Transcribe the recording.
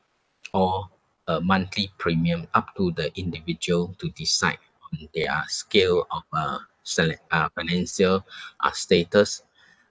or a monthly premium up to the individual to decide their scale of uh selli~ uh financial uh status